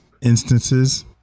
instances